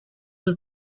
was